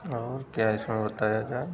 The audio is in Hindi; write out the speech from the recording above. और क्या इसमें बताया जाए